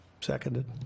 Seconded